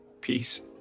Peace